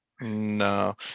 No